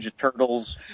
Turtles